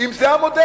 אם זה המודל.